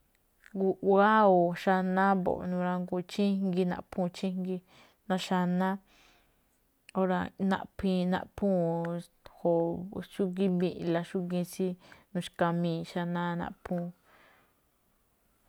Guꞌwáá o xanáá mbo̱ꞌ, nuranguu̱n chíjngi naꞌphúu̱n chíjngi, ná xanáá. Óra̱ naꞌphuu̱n o xúgíin mbiꞌla, xúgíin tsí nuxkamii̱ xanáá naꞌphuu̱n.